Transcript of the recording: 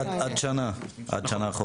עד שנה אחורה?